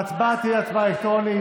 ההצבעה תהיה הצבעה אלקטרונית.